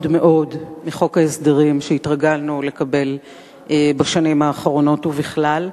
מאוד מחוק ההסדרים שהתרגלנו לקבל בשנים האחרונות ובכלל.